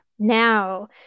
now